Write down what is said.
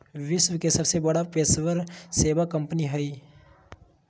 विश्व के सबसे बड़ा पेशेवर सेवा कंपनी हइ